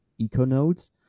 Econodes